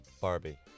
Barbie